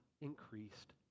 increased